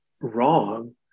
wrong